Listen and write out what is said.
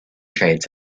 trades